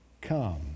come